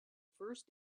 first